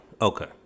okay